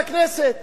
מאיר, אני צודק?